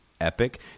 epic